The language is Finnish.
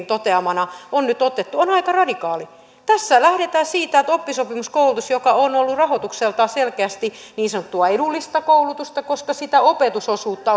toteamana on nyt otettu on on aika radikaali tässä lähdetään siitä että oppisopimuskoulutuksessa joka on ollut rahoitukseltaan selkeästi niin sanottua edullista koulutusta koska sitä opetusosuutta